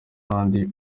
n’abandi